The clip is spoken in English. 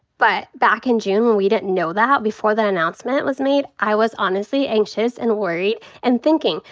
but back in june when we didn't know that, before the announcement was made, i was honestly anxious and worried and thinking,